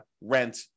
rent